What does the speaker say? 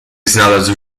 znalazł